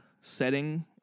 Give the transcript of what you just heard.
setting